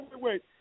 wait